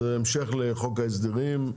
זה המשך לחוק ההסדרים,